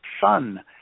son